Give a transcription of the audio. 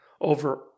over